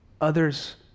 others